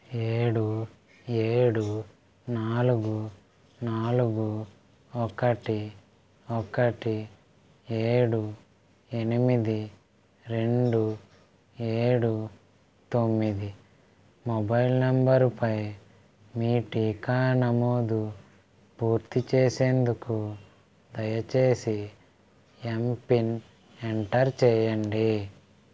ఏడు ఏడు నాలుగు నాలుగు ఒకటి ఒకటి ఏడు ఎనిమిది రెండు ఏడు తొమ్మిది మొబైల్ నెంబరుపై మీ టీకా నమోదు పూర్తి చేసేందుకు దయచేసి ఎంపిన్ ఎంటర్ చేయండి